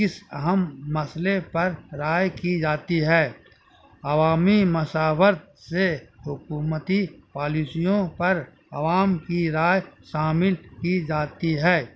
کس اہم مسئلے پر رائے کی جاتی ہے عوامی مساوت سے حکومتی پالیسیوں پر عوام کی رائے شامل کی جاتی ہے